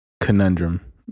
conundrum